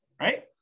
right